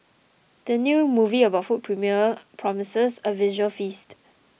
the new movie about food promises a visual feast